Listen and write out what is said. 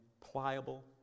pliable